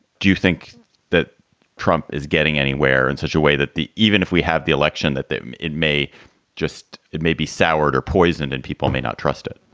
do you think that trump is getting anywhere in such a way that the even if we have the election, that it may just it may be soured or poisoned and people may not trust it?